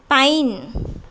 pine